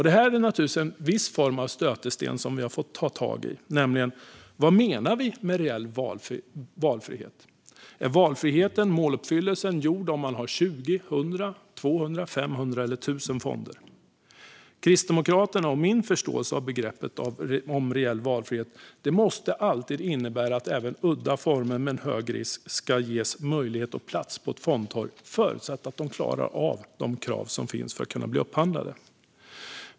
Det finns naturligtvis en viss form av stötesten som vi har fått ta tag i. Vad menar vi med reell valfrihet? Är valfriheten - måluppfyllelsen - uppnådd om man har 20, 100, 200, 500 eller 1 000 fonder? Kristdemokraternas - och min - förståelse av begreppet "reell valfrihet" är att det alltid måste innebära att även udda former med hög risk ska ges möjlighet och plats på ett fondtorg förutsatt att de klarar av de krav som finns för att de ska kunna bli upphandlade.